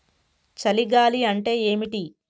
చలి గాలి అంటే ఏమిటి?